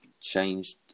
changed